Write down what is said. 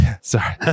Sorry